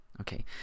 okay